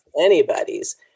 anybody's